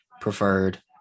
preferred